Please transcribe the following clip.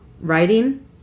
writing